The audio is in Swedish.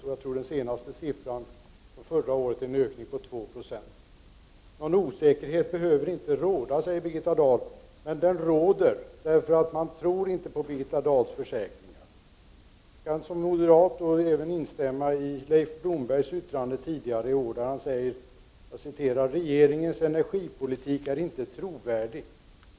Jag tror att den senaste siffran för förra året visade på en ökning på 2 90. Någon osäkerhet behöver inte råda, säger Birgitta Dahl. Men denna osäkerhet råder, eftersom man inom industrin inte tror på Birgitta Dahls försäkringar. Jag kan som moderat även instämma i Leif Blombergs yttrande tidigare i år där han sade: ”Regeringens energipolitik är inte trovärdig.